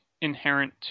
inherent